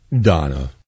Donna